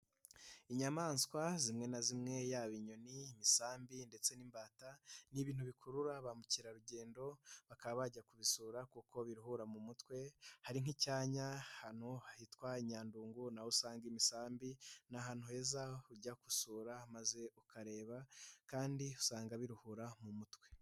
Inyamaswa zimwe na zimwe, yaba inyoni, imisamb, ndetse n'imbata. Ni ibintu bikurura ba mukerarugendo, bakaba bajya kubisura kuko biruhura mu mutwe, hari nk'icyanya ahantu hitwa Nyandungu, naho usanga imisambi, ni ahantu heza, ujya gusura maze ukareba kandi usanga biruhura mu mutwe.